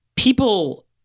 People